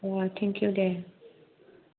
Day thank you Day